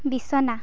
বিছনা